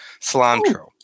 cilantro